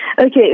Okay